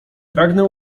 pragnę